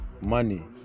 money